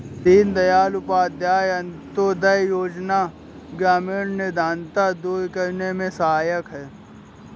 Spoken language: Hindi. दीनदयाल उपाध्याय अंतोदय योजना ग्रामीण निर्धनता दूर करने में सहायक है